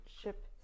ship